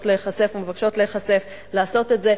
להיחשף ומבקשות להיחשף לעשות את זה,